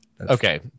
Okay